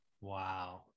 Wow